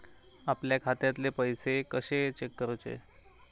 आपल्या खात्यातले पैसे कशे चेक करुचे?